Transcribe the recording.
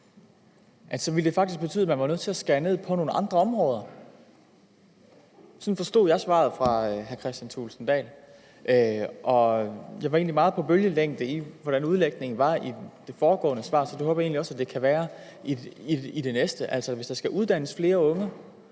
så ville det faktisk betyde, at man var nødt til at skære ned på nogle andre områder. Sådan forstod jeg svaret fra hr. Kristian Thulesen Dahl. Jeg var egentlig meget på bølgelængde udlægningen i det foregående svar, så det håber jeg egentlig også jeg kan være i det næste. Hvis der skal uddannes flere unge,